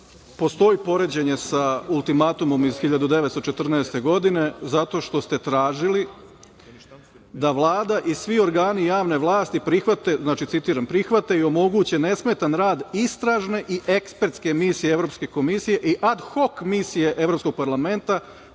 postoji poređenje sa ultimatumom iz 1914. godine zato što ste tražili da Vlada i svi organi javne vlasti prihvate, znači, citiram, prihvate i omoguće nesmetan rad istražne i ekspertske misije Evropske komisije i ad hok Misije Evropskog parlamenta,